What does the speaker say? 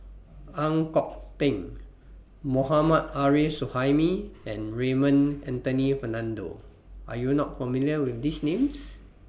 Ang Kok Peng Mohammad Arif Suhaimi and Raymond Anthony Fernando Are YOU not familiar with These Names